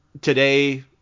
today